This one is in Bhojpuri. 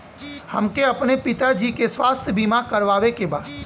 हमके अपने पिता जी के स्वास्थ्य बीमा करवावे के बा?